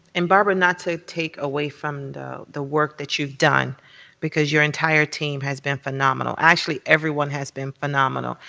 and barbara, not to take away from the work that you've done because your entire team has been phenomenal. actually, everyone has been phenomenal,